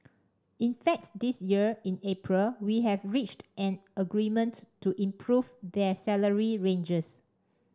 in fact this year in April we have reached an agreement to improve their salary ranges